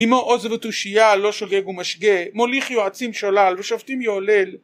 עימו עוז ותושייה, לו שוגג ומשגה, מוליך יועצים שולל ושופטים יהולל